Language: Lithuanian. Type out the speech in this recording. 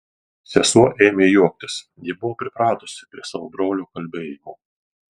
sesuo ėmė juoktis ji buvo pripratusi prie savo brolio kalbėjimo